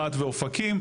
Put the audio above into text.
רהט ואופקים,